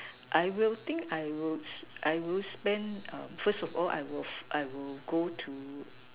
I will think I will I will spend um first of all I will I will go to